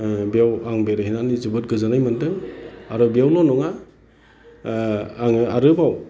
बेयाव आं बेरायहैनानै जोबोद गोजोननाय मोनदों आरो बेयावल' नङा आङो आरोबाव